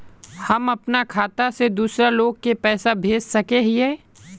हम अपना खाता से दूसरा लोग के पैसा भेज सके हिये?